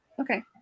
okay